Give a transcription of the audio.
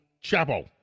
Chapel